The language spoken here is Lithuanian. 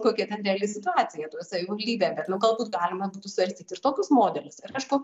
kokia ten reali situacija toje savivaldybėje bet galbūt galima būtų svarstyti ir tokius modelius ir aišku